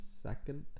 second